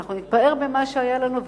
שאנחנו נתפאר במה שהיה לנו,